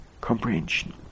comprehension